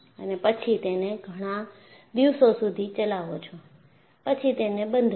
અને પછી તેને ઘણા દિવસો સુધી ચલાવો છો પછી તેને બંધ કરો